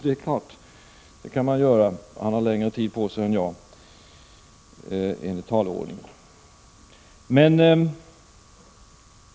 Det är klart att han kan göra det— han har längre tid på sig än jag enligt debattordningen.